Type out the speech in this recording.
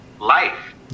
life